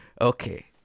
Okay